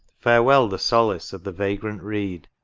farewell the solace of the vagrant reed.